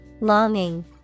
Longing